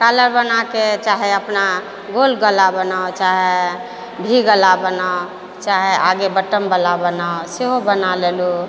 कालर बना कऽ चाहे अपना गोल गला बनाउ चाहे भी गला बनाउ चाहे आगे बटमवला बनाउ सेहो बना लेलहुँ